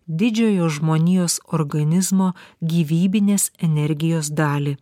didžiojo žmonijos organizmo gyvybinės energijos dalį